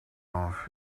off